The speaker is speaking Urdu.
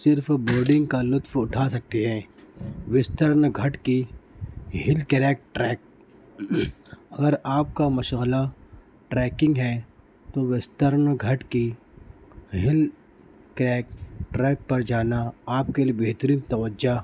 صرف بورڈنگ کا لطف اٹھا سکتے ہیں وسترن گھاٹ کے ہل کریک ٹریک اگر آپ کا مشغلہ ٹریکنگ ہے تو وسترن گھاٹ کے ہل کریک ٹریک پر جانا آپ کے لیے بہترین توجہ